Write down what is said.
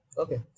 Okay